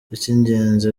icy’ingenzi